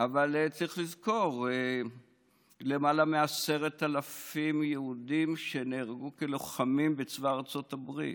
אבל צריך לזכור למעלה מ-10,000 יהודים שנהרגו כלוחמים בצבא ארצות הברית,